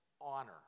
honor